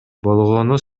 болгону